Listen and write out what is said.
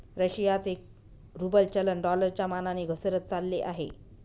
रशियाचे रूबल चलन डॉलरच्या मानाने घसरत चालले आहे